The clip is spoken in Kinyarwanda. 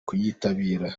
kuyitabira